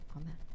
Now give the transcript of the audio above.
Amen